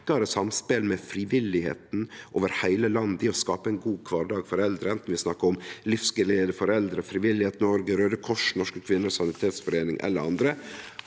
sterkare samspel med frivilligheita over heile landet i å skape ein god kvardag for eldre anten vi snakkar om Livsglede for Eldre, Frivillighet Noreg, Raudekrossen, Norske Kvinners Sanitetsforening eller andre,